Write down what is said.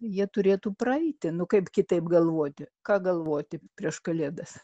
jie turėtų praeiti nu kaip kitaip galvoti ką galvoti prieš kalėdas